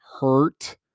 hurt